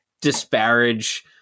disparage